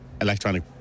electronic